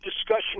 discussion